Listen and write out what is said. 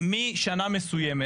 משנה מסוימת